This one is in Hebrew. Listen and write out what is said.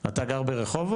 אתה גר ברחובות?